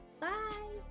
Bye